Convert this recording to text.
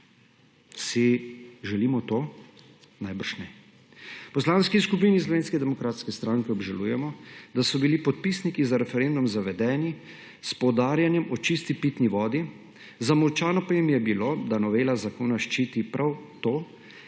skupini Slovenske demokratske stranke obžalujemo, da so bili podpisniki za referendum zavedeni s poudarjanjem o čisti pitni vodi, zamolčano pa jim je bilo, da novela zakona ščiti prav to